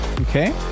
okay